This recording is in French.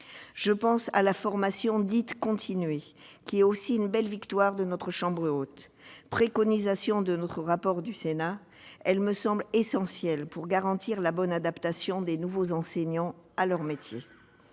Je pense à la formation dite « continuée », qui est aussi une belle victoire de la chambre haute. Préconisée dans le rapport du Sénat, elle me semble essentielle pour garantir la bonne adaptation des nouveaux enseignants à leur métier.